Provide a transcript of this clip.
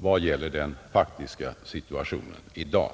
kommentarer om den faktiska situationen i dag.